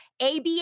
ABA